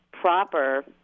proper